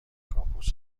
کاپوت